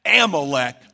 Amalek